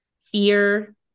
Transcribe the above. fear